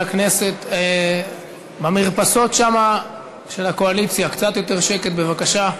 הכנסת, במרפסות של הקואליציה, קצת יותר שקט בבקשה.